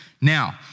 Now